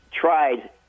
tried